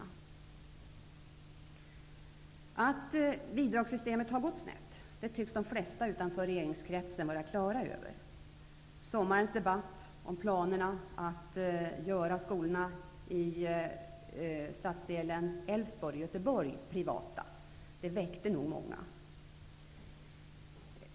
Att det beträffande bidragssystemet har gått snett tycks de flesta utanför regeringskretsen vara klara över. Sommarens debatt om planerna på att göra skolorna i stadsdelen Älvsborg i Göteborg privata väckte nog många.